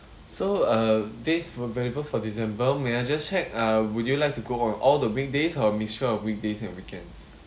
so uh this available for december may I just check uh would you like to go on all the weekdays or mixture of weekdays and weekends